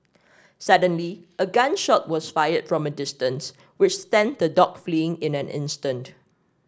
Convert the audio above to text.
suddenly a gun shot was fired from a distance which sent the dogs fleeing in an instant